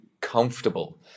comfortable